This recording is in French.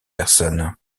personne